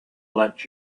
let